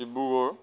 Dibrugarh